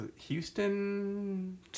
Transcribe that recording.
Houston